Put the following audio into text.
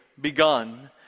begun